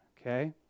okay